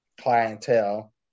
clientele